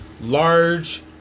large